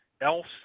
else